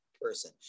person